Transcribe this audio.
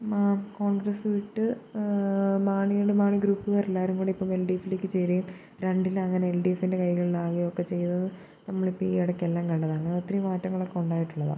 മാ കോൺഗ്രസ് വിട്ട് മാണിയുടെ മാണി ഗ്രൂപ്പ്കാരെല്ലാവരും കൂടി ഇപ്പ എൽ ഡി എഫിലേക്ക് ചേരുകയും രണ്ടില അങ്ങനെ എൽ ഡി എഫിൻ്റെ കൈകളിലാവൊക്കെ ചെയ്തത് നമ്മളിപ്പം ഈ ഇടക്കെല്ലാം കണ്ടതാണ് അങ്ങനെ ഒത്തിരി മാറ്റങ്ങളൊക്കെ ഉണ്ടായിട്ടുള്ളതാണ്